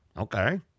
Okay